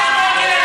רק המעשי.